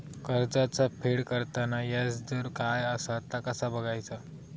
कर्जाचा फेड करताना याजदर काय असा ता कसा बगायचा?